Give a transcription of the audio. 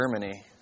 Germany